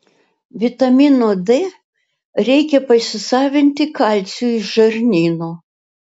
vitamino d reikia pasisavinti kalciui iš žarnyno